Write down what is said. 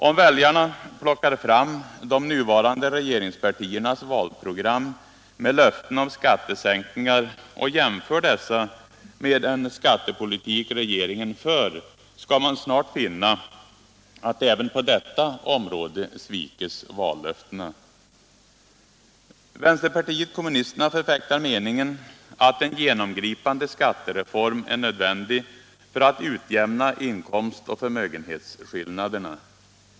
Om väljarna plockar fram de nuvarande regeringspartiernas valprogram med löften om skattesänkningar och jämför dessa med den skattepolitik regeringen för, skall de snart finna att även på detta område sviks vallöftena. Vänsterpartiet kommunisterna förfäktar meningen att en genomgripande skattereform är nödvändig för att utjämna inkomstoch förmögenhetsskillnaderna.